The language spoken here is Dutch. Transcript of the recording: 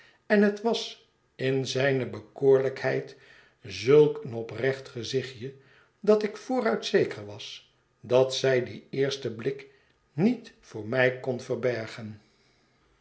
en het was in zijne bekoorlijkheid zulk een oprecht gezichtje dat ik vooruit zeker was dat zij dien eersten blik niet voor mij kon verbergen